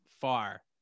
far